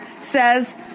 says